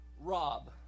Rob